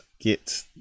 get